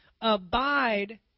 Abide